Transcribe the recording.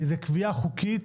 זו קביעה חוקית,